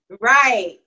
Right